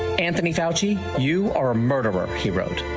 anthony fa cci, you are a murderer, he wrote.